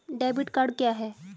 Debit card क्या है?